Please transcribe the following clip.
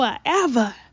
forever